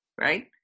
Right